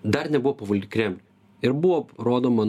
dar nebuvo pavaldi kremliui ir buvo rodoma